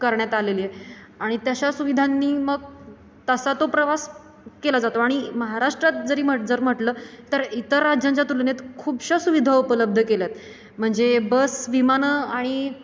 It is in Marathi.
करण्यात आलेली आहे आणि तशा सुविधांनी मग तसा तो प्रवास केला जातो आणि महाराष्ट्रात जरी जर म्हटलं तर इतर राज्यांच्या तुलनेत खूपशा सुविधा उपलब्ध केल्यात म्हणजे बस विमानं आणि